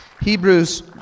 Hebrews